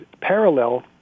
parallel